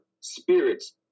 spirits